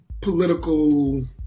political